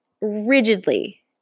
rigidly